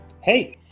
Hey